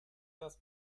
das